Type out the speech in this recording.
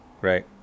right